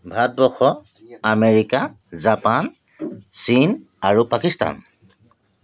Bharatvarsha America Japan চীন আৰু পাকিস্তান